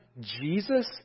Jesus